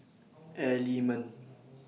Element